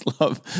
love